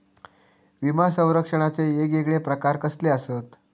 विमा सौरक्षणाचे येगयेगळे प्रकार कसले आसत?